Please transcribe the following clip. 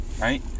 right